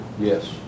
Yes